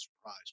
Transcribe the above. surprise